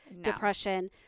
depression